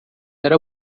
era